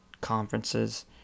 conferences